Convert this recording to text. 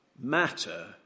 matter